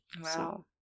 Wow